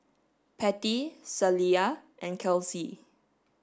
Patty Celia and Kelsey